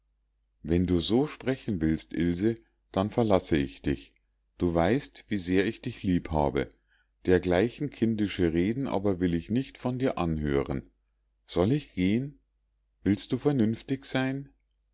wenn du so sprechen willst ilse dann verlasse ich dich du weißt wie sehr ich dich lieb habe dergleichen kindische reden aber will ich nicht von dir anhören soll ich gehen willst du vernünftig sein